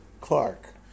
Clark